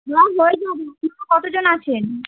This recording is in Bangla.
হ্যাঁ হয়ে যাবে আপনারা কতজন আছেন